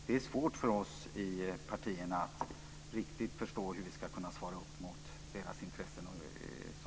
Det är svårt för oss i partierna att riktigt förstå hur vi ska kunna göra detta.